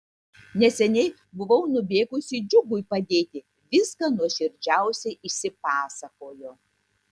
neseniai buvau nubėgusi džiugui padėti viską nuoširdžiausiai išsipasakojo